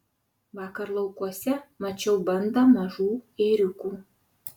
vakar laukuose mačiau bandą mažų ėriukų